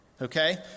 Okay